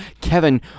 Kevin